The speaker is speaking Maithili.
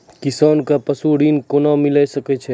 किसान कऽ पसु ऋण कोना मिलै छै?